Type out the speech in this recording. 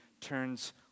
turns